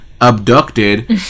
abducted